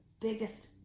biggest